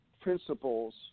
principles